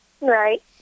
Right